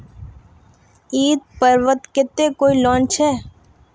ईद पर्वेर केते कोई लोन छे?